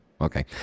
Okay